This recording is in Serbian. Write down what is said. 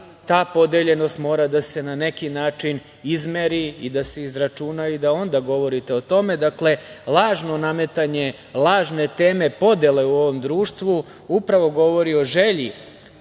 Ta podeljenost mora da se na neki način izmeri i da se izračuna i da onda govorite o tome. Dakle, lažno nametanje lažne teme podele u ovom društvu upravo govori o želji